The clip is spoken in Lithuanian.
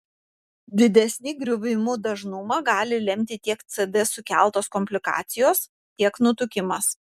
didesnį griuvimų dažnumą gali lemti tiek cd sukeltos komplikacijos tiek nutukimas